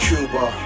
Cuba